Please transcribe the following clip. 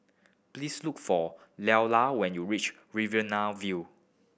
please look for Leola when you reach Riverina View